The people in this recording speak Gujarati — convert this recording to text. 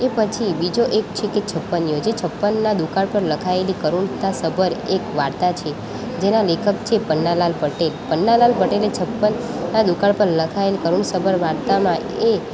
એ પછી બીજો એક છે તે છપ્પનિયો જે છપ્પનના દુકાળ પર લખાયેલી કરુણતા સભર એક વાર્તા છે જેના લેખક છે પન્નાલાલ પટેલ પન્નાલાલ પટેલે છપ્પનના દુકાળ પર લખાયેલી કરુંણ સભર વાર્તામાં એ